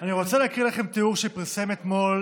אני רוצה להקריא לכם תיאור שפרסם אתמול